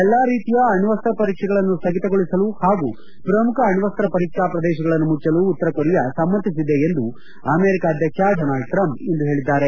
ಎಲ್ಲಾ ರೀತಿಯ ಅಣ್ವಸ್ತ ಪರೀಕ್ಷೆಗಳನ್ನು ಸ್ಹಗಿತಗೊಳಿಸಲು ಹಾಗೂ ಪ್ರಮುಖ ಅಣ್ವಸ್ತ ಪರೀಕ್ಷಾ ಪ್ರದೇಶಗಳನ್ನು ಮುಚ್ಚಲು ಉತ್ತರ ಕೊರಿಯಾ ಸಮ್ನತಿಸಿದೆ ಎಂದು ಅಮೆರಿಕ ಅಧ್ಯಕ್ಷ ಡೊನಾಲ್ಡ್ ಟ್ರಂಪ್ ಇಂದು ಹೇಳದ್ದಾರೆ